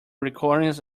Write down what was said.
recordings